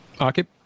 Okay